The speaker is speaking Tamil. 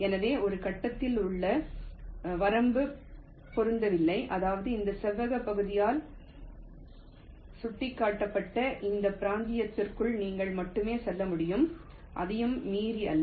எனவே ஒரு கட்டத்தில் உள்ள வரம்பு பொருந்தவில்லை அதாவது இந்த செவ்வகப் பகுதியால் சுட்டிக்காட்டப்பட்ட இந்த பிராந்தியத்திற்குள் நீங்கள் மட்டுமே செல்ல முடியும் அதையும் மீறி அல்ல